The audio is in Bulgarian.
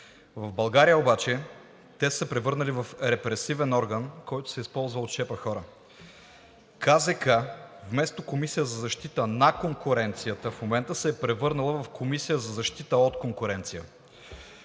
В България обаче те са се превърнали в репресивен орган, който се използва от шепа хора. КЗК вместо Комисия за защита на конкуренцията в момента се е превърнала в Комисия за защита от конкуренцията.